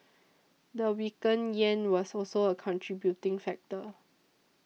the weakened yen was also a contributing factor